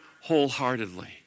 wholeheartedly